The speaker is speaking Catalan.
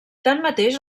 tanmateix